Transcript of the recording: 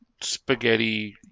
spaghetti